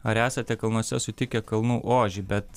ar esate kalnuose sutikę kalnų ožį bet